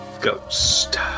ghost